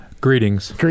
Greetings